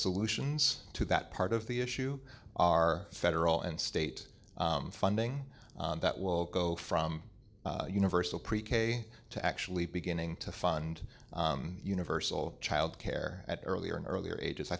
solutions to that part of the issue are federal and state funding that will go from universal pre k to actually beginning to fund universal child care at earlier and earlier ages i